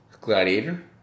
Gladiator